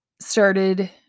started